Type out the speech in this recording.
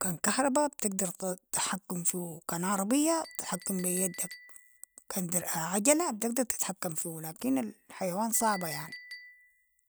كان كهرباء بتقدر- تحكم فيهو، كان عربية بتحكم بي يدك، كان- عجلة بتقدر تتحكم فيهو، لكن الحيوانات صعبة يعني.